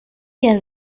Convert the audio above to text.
get